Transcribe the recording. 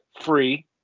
free